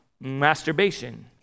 masturbation